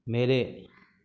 மேலே